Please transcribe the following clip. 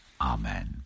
Amen